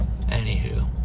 Anywho